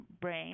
brain